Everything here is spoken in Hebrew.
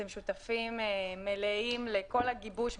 אתם שותפים מלאים לכל הגיבוש.